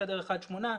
בחדר אחד שמונה,